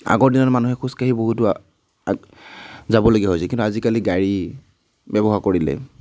আগৰ দিনত মানুহে খোজকাঢ়ি বহু দূৰ যাবলগীয়া হৈছিলে কিন্তু আজিকালি গাড়ী ব্যৱহাৰ কৰিলে